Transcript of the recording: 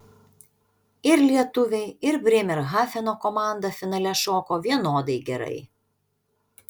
ir lietuviai ir brėmerhafeno komanda finale šoko vienodai gerai